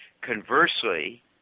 Conversely